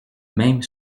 même